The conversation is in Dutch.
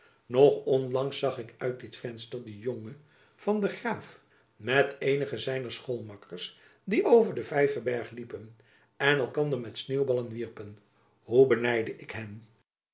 nog onlangs zag ik uit dit venster den jongen van der graef met eenigen zijner schoolmakkers die over den vijverberg liepen en elkander met sneeuwballen wierpen hoe benijdde ik hen